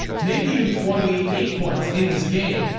maybe even twenty eight points in this game.